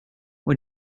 och